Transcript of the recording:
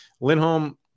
Lindholm